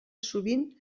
sovint